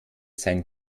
sein